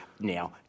Now